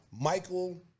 Michael